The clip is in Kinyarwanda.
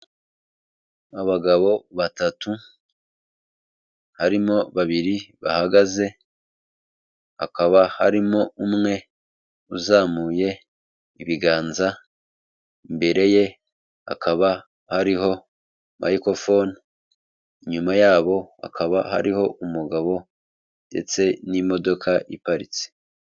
Abagabo batatu harimo babiri bahagaze hakaba harimo umwe uzamuye ibiganza, imbere ye hakaba ari miko fone, inyuma yabo hakaba hariho umugabo ndetse n'imodoka iparitse.